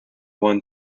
won